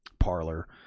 Parlor